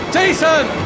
Jason